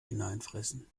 hineinfressen